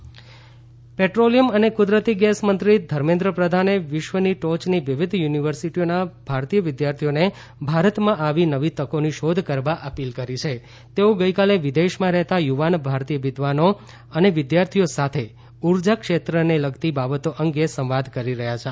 petroleum મંત્રી પ્રેટ્રોલિયમ અને કુદરતી ગેસ મંત્રી ધર્મેન્દ્ર પ્રધાને વિશ્વની ટોચની વિવધ યુનિવર્સીટીઓના ભારતીય વિદ્યાર્થીઓને ભારતમાં આવી નવી તકોની શોધ કરવા અપીલ કરી છે તેઓ ગઇકાલે વિદેશમાં રહેતાં યુવાન ભારતીય વિદ્વાનો અને વિદ્યાર્થીઓ સાથે ઉર્જા ક્ષેત્રેને લગતી બાબતો અંગે સંવાદ કરી રહ્યા હતા